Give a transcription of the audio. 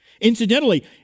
Incidentally